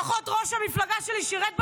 ראש המפלגה שלי לפחות שירת בצבא.